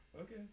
Okay